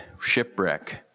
shipwreck